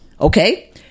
okay